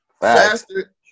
faster